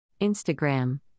Instagram